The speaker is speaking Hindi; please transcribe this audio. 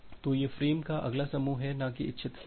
तो यह फ़्रेम का अगला समूह है न कि इच्छित फ़्रेम